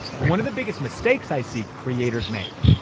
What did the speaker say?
one of the biggest mistakes i see creators make,